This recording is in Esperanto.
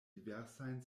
diversajn